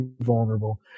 vulnerable